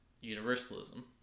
universalism